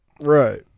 Right